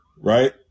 right